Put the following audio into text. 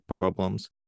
problems